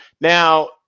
Now